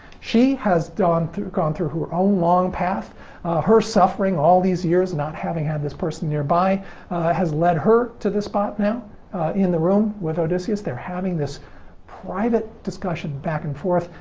she has gone, gone through her own long path her suffering, all these years not having had this person nearby has led her to this spot now in the room with odysseus. they're having this private discussion back and forth.